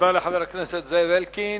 תודה לחבר הכנסת זאב אלקין.